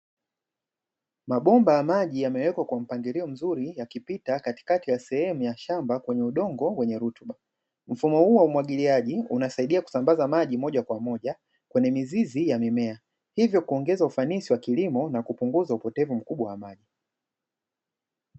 Mabomba ya maji yamewekwa kwa mpangilio mzuri yakipita katikati ya sehemu ya shamba kwenye udongo wenye rutuba, mfumo huu wa umwagiliaji unasaidia kusambaza maji moja kwa moja kwenye mizizi ya mimea, hivyo kuongeza ufanisi wa kilimo na kupunguza upotevu mkubwa wa maji.